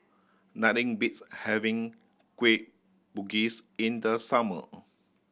nothing beats having Kueh Bugis in the summer